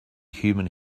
human